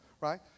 Right